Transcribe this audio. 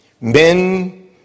Men